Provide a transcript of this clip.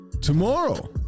tomorrow